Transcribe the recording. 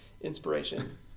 inspiration